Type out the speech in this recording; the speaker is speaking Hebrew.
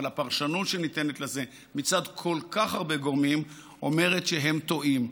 אבל הפרשנות שניתנת לזה מצד כל מיני גורמים אומרת שהם טועים.